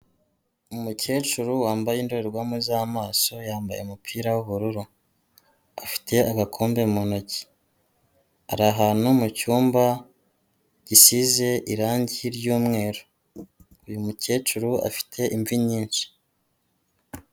Umukecuru wambaye indorerwamo z'amaso, yambaye umupira w'ubururu. Afite agakombe mu ntoki. Ari ahantu mu cyumba gisize irangi ry'umweru. Uyu mukecuru, afite imvi nyinshi.